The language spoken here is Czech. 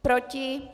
Proti?